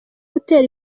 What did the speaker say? gutera